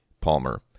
Palmer